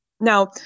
Now